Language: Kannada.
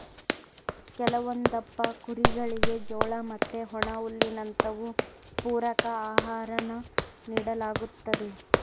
ಕೆಲವೊಂದಪ್ಪ ಕುರಿಗುಳಿಗೆ ಜೋಳ ಮತ್ತೆ ಒಣಹುಲ್ಲಿನಂತವು ಪೂರಕ ಆಹಾರಾನ ನೀಡಲಾಗ್ತತೆ